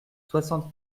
soixante